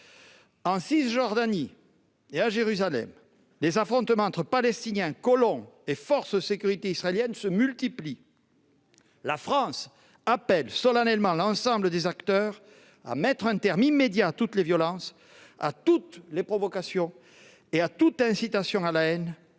En Cisjordanie et à Jérusalem, les affrontements entre Palestiniens, colons et forces de sécurité israéliennes se multiplient. La France appelle solennellement l'ensemble des acteurs à mettre un terme immédiat à toutes les violences, à toutes les provocations et à toute incitation à la haine